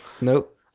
Nope